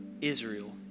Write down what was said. Israel